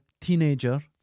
teenager